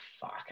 Fuck